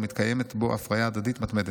ומתקיימת בו הפריה הדדית מתמדת.